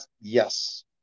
Yes